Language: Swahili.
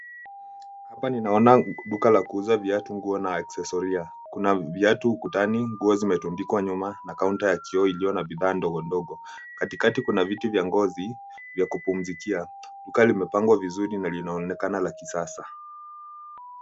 Hapa ninaona duka la kuuza viatu, nguo na asesoria .Kuna viatu ukutani, nguo zimetundikwa nyuma na counter ya vioo iliyo na bidhaa ndogo ndogo. Katikati kuna viti vya ngozi vya kupumzikia. Duka limepangwa vizuri na linaonekana la kisasa.